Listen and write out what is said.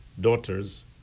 daughters